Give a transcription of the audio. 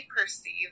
perceive